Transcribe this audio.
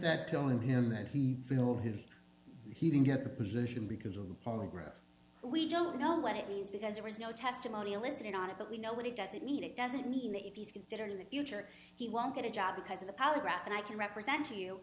that killing him that he killed his he didn't get the position because of the polygraph we don't know what it means because there is no testimony elicited on it but we know what he doesn't mean it doesn't mean that he's considering the future he won't get a job because of the polygraph and i can represent